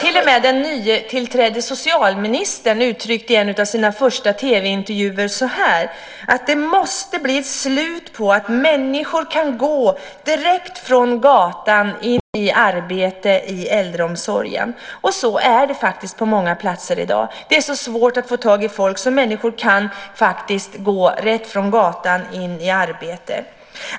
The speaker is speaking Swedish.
Till och med den nytillträdda socialministern uttryckte i en av sina första TV-intervjuer så här: Det måste bli ett slut på att människor kan gå direkt från gatan in i arbete i äldreomsorgen. Men på många ställen i dag är det så svårt att få tag i personal att människor kan gå rätt från gatan in i arbete inom äldreomsorgen.